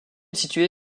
située